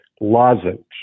lozenge